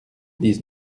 dix